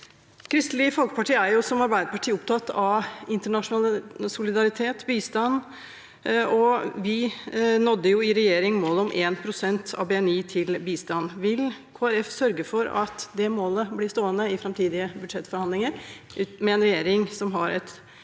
Arbeiderpartiet, opptatt av internasjonal solidaritet og bistand. Vi nådde i regjering målet om 1 pst. av BNI til bistand. Vil Kristelig Folkeparti sørge for at det målet blir stående i framtidige budsjettforhandlinger med en regjering som har et